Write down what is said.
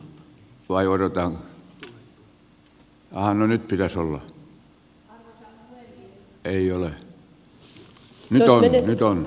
jos puhuja menisi paikaltaan puhumaan vai odotetaanko